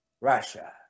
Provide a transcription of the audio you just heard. russia